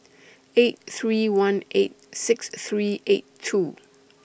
eight three one eight six three eight two